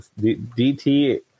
dt